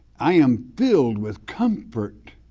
i am filled with comfort,